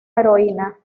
heroína